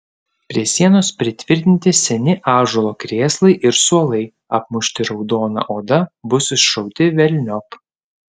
prie sienos pritvirtinti seni ąžuolo krėslai ir suolai apmušti raudona oda bus išrauti velniop